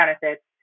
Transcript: benefits